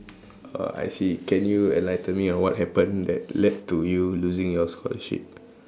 oh I see can you enlighten me on what happened that led to you losing your scholarship